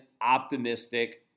optimistic